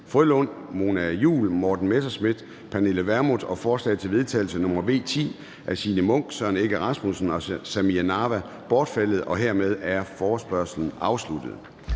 Frølund (LA), Mona Juul (KF), Morten Messerschmidt (DF) og Pernille Vermund (NB) og forslag til vedtagelse nr. V 10 af Signe Munk (SF), Søren Egge Rasmussen (EL) og Samira Nawa (RV) bortfaldet. Hermed er forespørgslen afsluttet.